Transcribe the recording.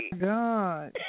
God